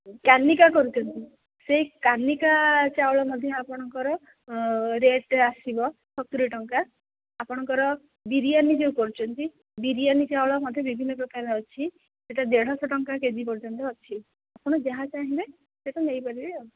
କାନିକା କରୁଛନ୍ତି ସେହି କାନିକା ଚାଉଳ ମଧ୍ୟ ଆପଣଙ୍କର ରେଟ୍ ଆସିବ ସତୁରି ଟଙ୍କା ଆପଣଙ୍କର ବିରିୟାନୀ ଯେଉଁ କରୁଛନ୍ତି ବିରିୟାନୀ ଚାଉଳ ମଧ୍ୟ ବିଭିନ୍ନପ୍ରକାର ଅଛି ସେଇଟା ଦେଢ଼ଶହ ଟଙ୍କା କେ ଜି ପର୍ଯନ୍ତ ଅଛି ଆପଣ ଯାହା ଚାହିଁବେ ସେଇଟା ନେଇପାରିବେ ଆଉ